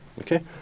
Okay